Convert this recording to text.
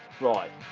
right,